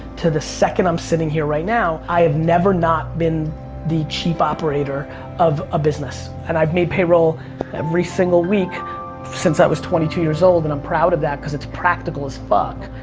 to the second i'm sitting here right now, i have never not been the chief operator of a business. and i've made payroll every single week since i was twenty two years old. and i'm proud of that because it's practical as fuck.